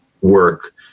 work